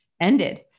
ended